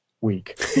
week